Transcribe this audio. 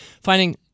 finding